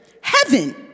heaven